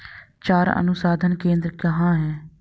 चारा अनुसंधान केंद्र कहाँ है?